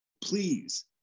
Please